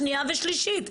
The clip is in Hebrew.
שנייה ושלישית.